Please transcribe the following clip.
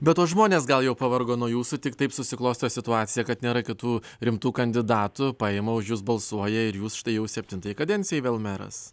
be to žmonės gal jau pavargo nuo jūsų tik taip susiklosto situacija kad nėra kitų rimtų kandidatų paima už jus balsuoja ir jūs štai jau septintai kadencijai vėl meras